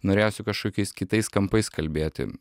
norėjosi kažkokiais kitais kampais kalbėti